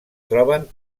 troben